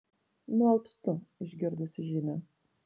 nualpstu išgirdusi žinią